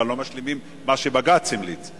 אבל לא משלימים מה שבג"ץ המליץ.